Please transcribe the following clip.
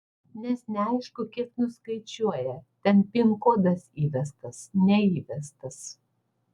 nes neaišku kiek nuskaičiuoja ten pin kodas įvestas neįvestas